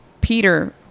Peter